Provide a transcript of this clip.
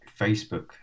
Facebook